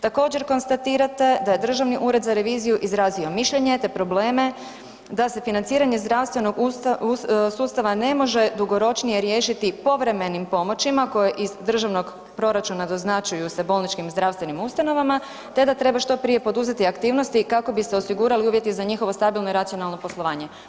Također konstatirate da je Državni ured za reviziju izrazio mišljenje, te probleme da se financiranje zdravstvenog sustava ne može dugoročnije riješiti povremenim pomoćima koje iz državnog proračunu doznačuju se bolničkim zdravstvenim ustanovama, te da treba što prije poduzeti aktivnosti kako bi se osigurali uvjeti za njihovo stabilno i racionalno poslovanje.